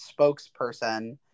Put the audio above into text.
spokesperson